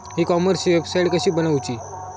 E कॉमर्सची website कशी बनवची?